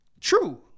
True